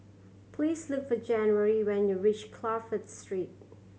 please look for January when you reach Crawford Street